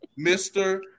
Mr